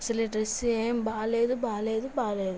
అసలు ఈ డ్రెస్సు ఏం బాలేదు బాలేదు బాలేదు